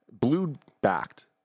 blue-backed